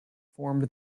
formed